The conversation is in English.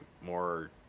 more